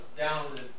down